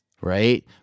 right